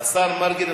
השר מרגי.